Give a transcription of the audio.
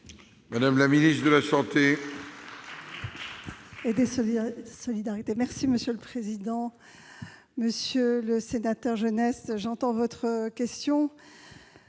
Madame la ministre de la santé,